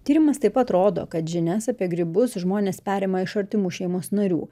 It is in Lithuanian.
tyrimas taip pat rodo kad žinias apie grybus žmonės perima iš artimų šeimos narių